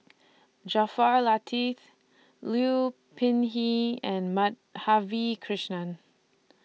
Jaafar Latiff Liu Peihe and Madhavi Krishnan